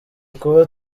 kuba